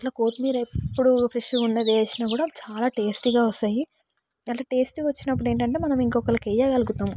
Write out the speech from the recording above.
అట్లా కొత్తిమీర ఎప్పుడు ఫ్రెష్గా ఉండేది వేసిన కూడా చాలా టేస్ట్గా వస్తాయి అట్లా టేస్టీగా వచ్చినప్పుడు ఏంటంటే మనం ఇంకొకరికి వేయగలుగుతాము